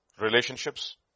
relationships